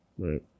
right